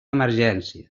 emergència